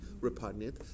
repugnant